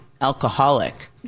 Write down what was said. alcoholic